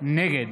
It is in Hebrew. נגד